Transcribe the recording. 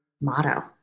motto